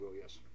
yes